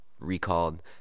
recalled